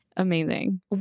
amazing